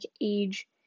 age